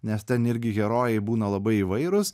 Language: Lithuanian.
nes ten irgi herojai būna labai įvairūs